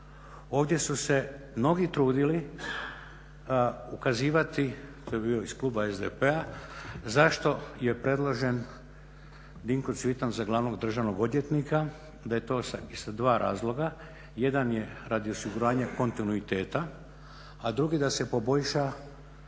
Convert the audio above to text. Ovdje su se mnogi trudili ukazivati, to je bilo iz kluba SDP-a zašto je predložen Dinka Cvitana za glavnog državnog odvjetnika da je to iz dva razloga. Jedan je radi osiguranja kontinuiteta, a drugi da se poboljša